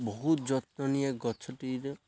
ବହୁତ ଯତ୍ନ ନିଏ ଗଛଟିରେ